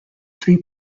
three